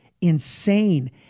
insane